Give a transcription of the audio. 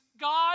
God